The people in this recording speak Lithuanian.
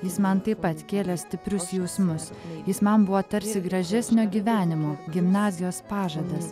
jis man taip pat kėlė stiprius jausmus jis man buvo tarsi gražesnio gyvenimo gimnazijos pažadas